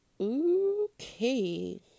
Okay